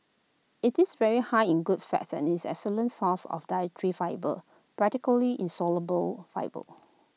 IT is very high in good fats and is an excellent source of dietary fibre practically insoluble fibre